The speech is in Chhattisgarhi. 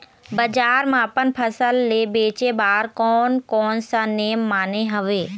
बजार मा अपन फसल ले बेचे बार कोन कौन सा नेम माने हवे?